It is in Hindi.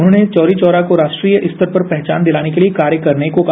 उन्होंने चौरी चौरा को राष्ट्रीय स्तर पर पहचान दिलाने के लिए कार्य करने को कहा